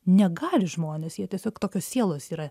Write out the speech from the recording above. negali žmonės jie tiesiog tokios sielos yra